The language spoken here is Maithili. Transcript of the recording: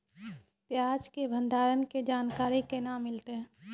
प्याज के भंडारण के जानकारी केना मिलतै?